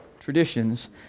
traditions